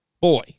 Boy